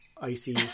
icy